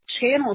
channel